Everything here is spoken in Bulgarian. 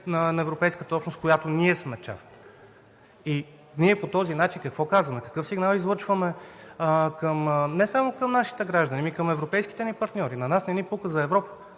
на европейската общност, от която сме част. По този начин ние какво казваме? Какъв сигнал излъчваме не само към нашите граждани, ами към европейските ни партньори? На нас не ни пука за Европа.